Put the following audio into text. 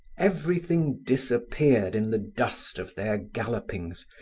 everything disappeared in the dust of their gallopings,